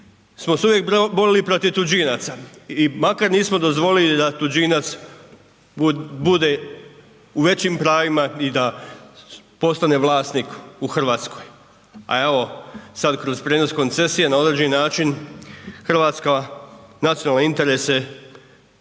smo se uvijek borili protiv tuđinaca i makar nismo dozvolili da tuđinac bude u većim pravima i da postane vlasnik u Hrvatskoj, a evo sad kroz prijenos koncesije na određeni način Hrvatska nacionalne interese